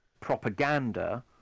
propaganda